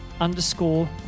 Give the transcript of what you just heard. underscore